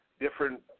different